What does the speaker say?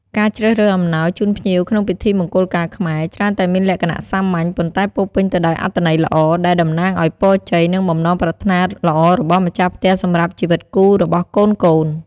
ការជ្រើសរើសអំណោយជូនភ្ញៀវក្នុងពិធីមង្គលការខ្មែរ ច្រើនតែមានលក្ខណៈសាមញ្ញ ប៉ុន្តែពោរពេញទៅដោយអត្ថន័យល្អ ដែលតំណាងឲ្យពរជ័យ និងបំណងប្រាថ្នាល្អរបស់ម្ចាស់ផ្ទះសម្រាប់ជីវិតគូរបស់កូនៗ។